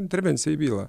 intervencija į bylą